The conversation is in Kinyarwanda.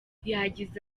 yagize